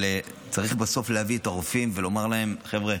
צריך בסוף להביא את הרופאים ולומר להם: חבר'ה,